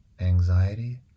anxiety